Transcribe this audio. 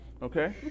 okay